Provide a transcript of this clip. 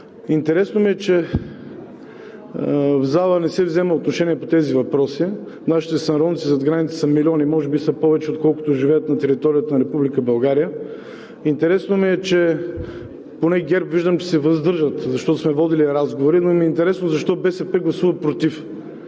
Интересно ми е, че в залата не се взема отношение по тези въпроси. Нашите сънародници зад граница са милиони и може би са повече, отколкото живеят на територията на Република България. Виждам, че ГЕРБ се въздържат, защото сме водили разговори, но ми е интересно защо БСП гласуват против?